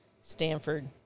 Stanford